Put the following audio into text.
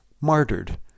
martyred